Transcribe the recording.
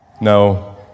No